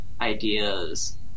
ideas